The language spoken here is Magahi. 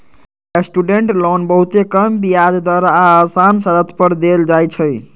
स्टूडेंट लोन बहुते कम ब्याज दर आऽ असान शरत पर देल जाइ छइ